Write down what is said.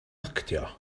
actio